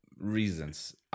reasons